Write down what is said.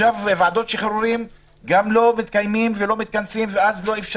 גם ועדות השחרורים לא מתכנסות ולכן לא ניתן.